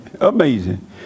Amazing